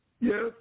Yes